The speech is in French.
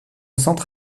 centre